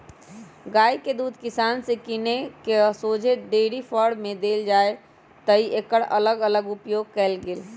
गाइ के दूध किसान से किन कऽ शोझे डेयरी फारम में देल जाइ जतए एकर अलग अलग उपयोग कएल गेल